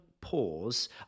pause